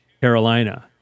Carolina